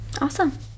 Awesome